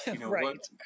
right